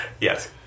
yes